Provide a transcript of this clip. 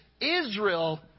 Israel